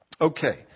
Okay